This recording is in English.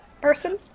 person